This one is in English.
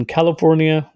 California